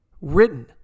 written